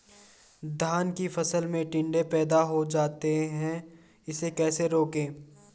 धान की फसल में टिड्डे पैदा हो जाते हैं इसे कैसे रोकें?